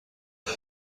آخه